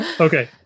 okay